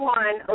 one